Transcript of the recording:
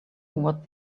what